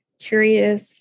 curious